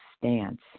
stance